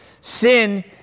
Sin